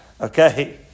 Okay